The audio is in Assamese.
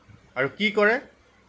আৰু কি কৰে